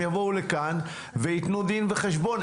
הן יבואו לכאן ויתנו דין וחשבון.